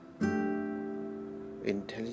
intelligent